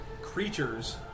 creatures